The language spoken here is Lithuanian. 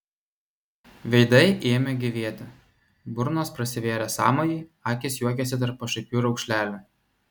veidai ėmė gyvėti burnos prasivėrė sąmojui akys juokėsi tarp pašaipių raukšlelių